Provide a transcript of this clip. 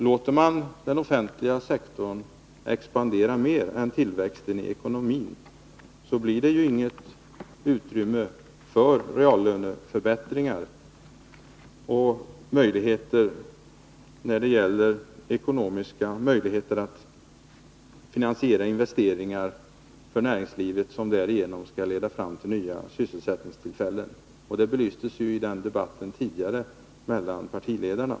Låter man den offentliga sektorn expandera mer än tillväxten i ekonomin, blir det inget utrymme för reallöneförbättringar och inga möjligheter att finansiera investeringar i näringslivet som kan leda fram till nya sysselsättningstillfällen. Detta belystes i den tidigare debatten mellan partiledarna.